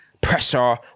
pressure